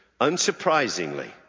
Unsurprisingly